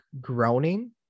groaning